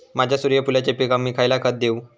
माझ्या सूर्यफुलाच्या पिकाक मी खयला खत देवू?